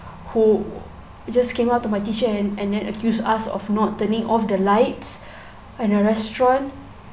who just came up to my teacher and then accused us of not turning off the lights at the restaurant